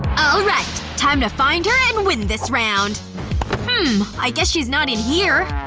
all right. time to find her and win this round hmm. guess she's not in here